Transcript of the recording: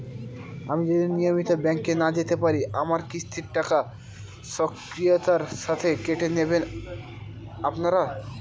আমি যদি নিয়মিত ব্যংকে না যেতে পারি আমার কিস্তির টাকা স্বকীয়তার সাথে কেটে নেবেন আপনারা?